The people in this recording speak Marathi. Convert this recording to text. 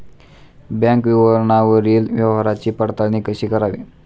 बँक विवरणावरील व्यवहाराची पडताळणी कशी करावी?